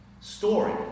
story